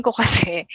kasi